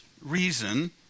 reason